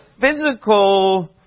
physical